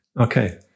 Okay